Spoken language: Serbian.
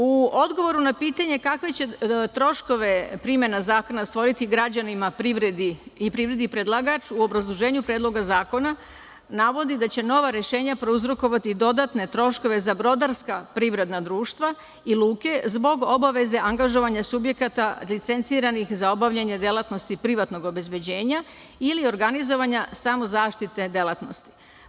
U odgovoru na pitanje kakve će troškove primena zakona stvoriti građanima, privredi, predlagač u obrazloženju Predloga zakona navodi da će nova rešenja prouzrokovati dodatne troškove za brodarska privredna društva i luke zbog obaveze angažovanja subjekata licenciranih za obavljanje delatnosti privatnog obezbeđenja ili organizovanja samozaštitne delatnosti.